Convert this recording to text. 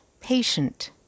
patient